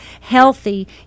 healthy